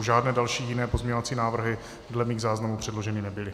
Žádné další pozměňovací návrhy dle mých záznamů předloženy nebyly.